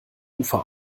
ufer